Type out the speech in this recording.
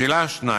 לשאלה 2: